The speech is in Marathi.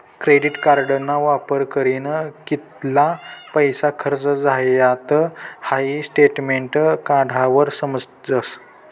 क्रेडिट कार्डना वापर करीन कित्ला पैसा खर्च झायात हाई स्टेटमेंट काढावर समजस